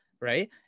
right